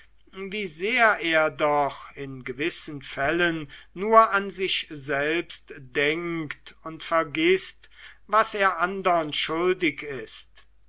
wie sehr er doch in gewissen fällen nur an sich selbst denkt und vergißt was er andern schuldig ist